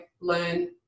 learn